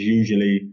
usually